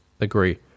agree